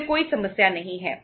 फिर कोई समस्या नहीं है